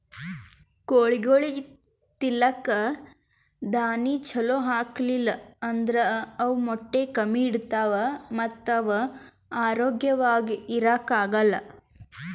ಕೋಳಿಗೊಳಿಗ್ ತಿಲ್ಲಕ್ ದಾಣಿ ಛಲೋ ಹಾಕಿಲ್ ಅಂದ್ರ ಅವ್ ಮೊಟ್ಟೆ ಕಮ್ಮಿ ಇಡ್ತಾವ ಮತ್ತ್ ಅವ್ ಆರೋಗ್ಯವಾಗ್ ಇರಾಕ್ ಆಗಲ್